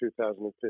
2015